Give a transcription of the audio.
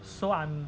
so I'm